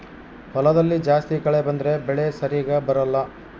ಹೊಲದಲ್ಲಿ ಜಾಸ್ತಿ ಕಳೆ ಬಂದ್ರೆ ಬೆಳೆ ಸರಿಗ ಬರಲ್ಲ